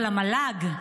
אבל המל"ג,